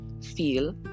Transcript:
feel